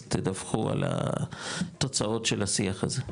תדווחו על התוצאות של השיח הזה.